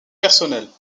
personnelle